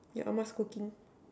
yeah ah-ma's cooking